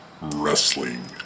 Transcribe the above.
Wrestling